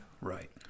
Right